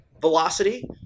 velocity